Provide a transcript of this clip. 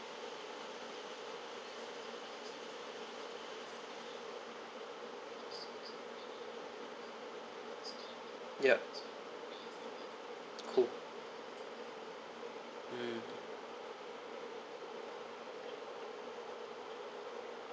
ya cool mm